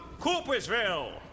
Coopersville